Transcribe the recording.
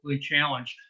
challenged